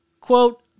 quote